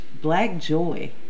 BlackJoy